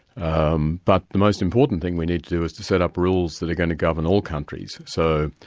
um but the most important thing we need to do is to set up rules that are going to govern all countries. so